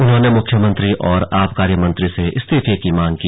उन्होंने मुख्यमंत्री और आबकारी मंत्री से इस्तीफे की मांग की